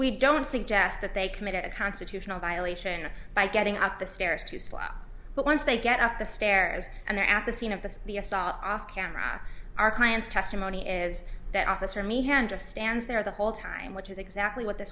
we don't suggest that they committed a constitutional violation by getting up the stairs to sleep but once they get up the stairs and they're at the scene of this the start off camera our client's testimony is that officer me here and just stands there the whole time which is exactly what th